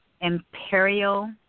Imperial